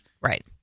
Right